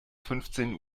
fünfzehn